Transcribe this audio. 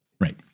Right